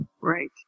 right